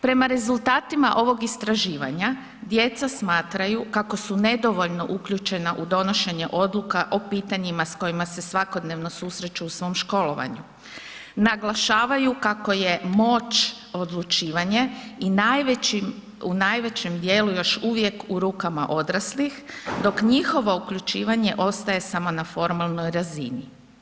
Prema rezultatima ovog istraživanja djeca smatraju kako su nedovoljno uključena u donošenje odluka o pitanjima s kojima se svakodnevno susreću u svom školovanju, naglašavaju kako je moć odlučivanje i u najvećem dijelu još uvijek u rukama odraslih dok njihovo uključivanje ostaje samo na formalnoj razini.